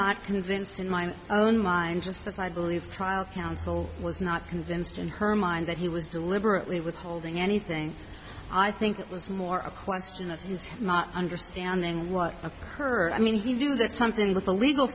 not convinced in my own mind just as i believe trial counsel was not convinced in her mind that he was deliberately withholding anything i think it was more a question of his not understanding what her i mean he knew that something with the legal